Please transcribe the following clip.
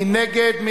מי נגד?